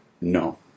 No